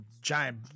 giant